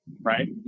right